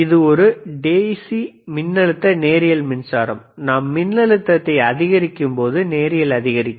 இது ஒரு டிசி மின்னழுத்த நேரியல் மின்சாரம் நாம் மின்னழுத்தத்தை அதிகரிக்கும்போது நேரியல் அதிகரிக்கும்